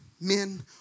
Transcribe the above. Men